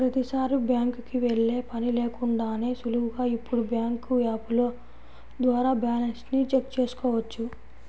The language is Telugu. ప్రతీసారీ బ్యాంకుకి వెళ్ళే పని లేకుండానే సులువుగా ఇప్పుడు బ్యాంకు యాపుల ద్వారా బ్యాలెన్స్ ని చెక్ చేసుకోవచ్చు